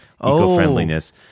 eco-friendliness